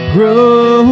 grow